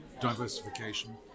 diversification